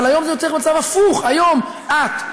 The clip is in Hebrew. היום נוצר מצב הפוך, היום, את,